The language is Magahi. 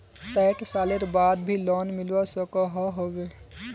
सैट सालेर बाद भी लोन मिलवा सकोहो होबे?